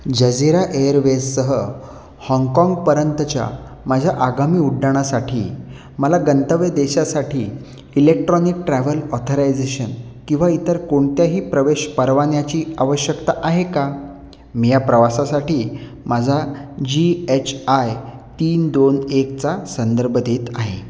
Jazeera एअरवेजसह हाँगकाँगपर्यंतच्या माझ्या आगामी उड्डाणासाठी मला गंतव्य देशासाठी इलेक्ट्रॉनिक ट्रॅव्हल ऑथरायझेशन किंवा इतर कोणत्याही प्रवेश परवान्याची आवश्यकता आहे का मी या प्रवासासाठी माझा जी एच आय तीन दोन एकचा संदर्भ देत आहे